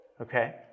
Okay